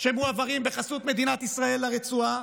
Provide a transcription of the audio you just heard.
מועברים בחסות מדינת ישראל לרצועה.